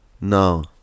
No